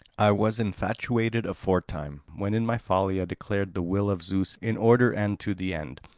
i was infatuated aforetime, when in my folly i declared the will of zeus in order and to the end.